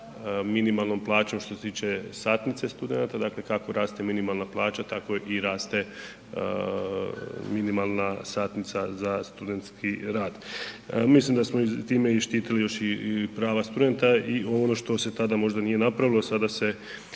minimalnom plaćom što se tiče satnice studenata, dakle kako raste minimalna plaća, tamo i raste minimalna satnica za studentski rad. Mislim da smo time i štitili još i prava studenta i ono što se tada možda nije napravilo, sada se